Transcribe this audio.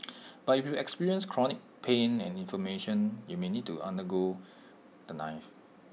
but if you experience chronic pain and inflammation you may need to under go the knife